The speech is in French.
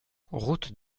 route